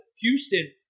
Houston